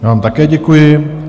Já vám také děkuji.